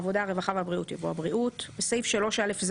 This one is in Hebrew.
במקום "העבודה הרווחה והבריאות" יבוא "הבריאות"; בסעיף 3א(ז),